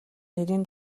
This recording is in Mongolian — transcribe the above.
нэрийн